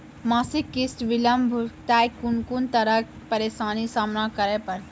मासिक किस्त बिलम्ब भेलासॅ कून कून तरहक परेशानीक सामना करे परतै?